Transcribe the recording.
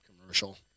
commercial